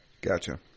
Gotcha